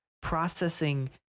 processing